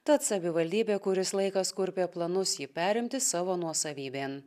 tad savivaldybė kuris laikas kurpė planus jį perimti savo nuosavybėn